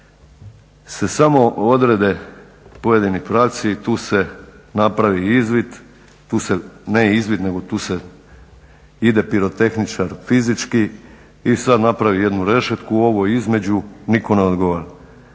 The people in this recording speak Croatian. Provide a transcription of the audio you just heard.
se samo odrede pojedini pravci i tu se napravi izvid, ne izvid, nego tu ide pirotehničar fizički i sada napravi jednu rešetku ovo između nitko ne odgovara.